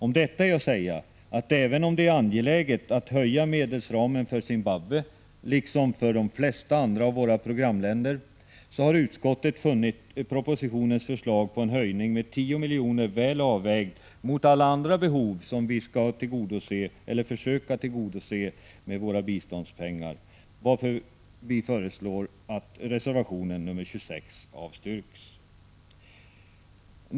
Om detta är att säga att även om det är angeläget att höja medelsramen för Zimbabwe — liksom för de flesta andra av våra programländer — så har utskottet funnit propositionens förslag på en höjning med 10 milj.kr. väl Prot. 1985/86:117 avvägd mot alla andra behov som vi skall försöka tillgodose med våra 16 april 1986 biståndspengar, varför vi föreslår att reservationen nr 26 avslås.